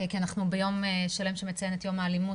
כי אנחנו ביום שלם שמציין את יום האלימות